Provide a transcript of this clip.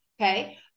Okay